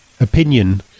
opinion